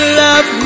love